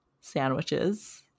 sandwiches